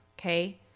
okay